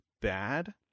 bad